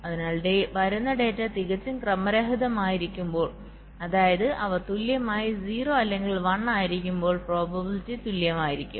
അതിനാൽ വരുന്ന ഡാറ്റ തികച്ചും ക്രമരഹിതമായിരിക്കുമ്പോൾ അതായത് അവ തുല്യമായി 0 അല്ലെങ്കിൽ 1 ആയിരിക്കുമ്പോൾ പ്രോബബിലിറ്റി തുല്യമായിരിക്കും